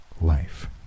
life